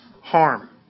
harm